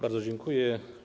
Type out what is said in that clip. Bardzo dziękuję.